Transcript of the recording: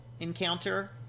Encounter